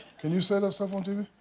can you say that stuff on tv?